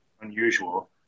unusual